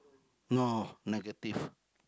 no negative